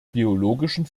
biologischen